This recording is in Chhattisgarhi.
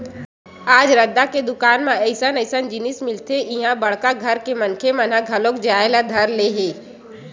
आज रद्दा के दुकान म अइसन अइसन जिनिस मिलथे के इहां बड़का घर के मनखे मन घलो जाए ल धर ले हे